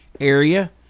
area